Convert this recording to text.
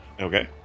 Okay